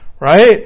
Right